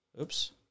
Oops